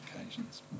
occasions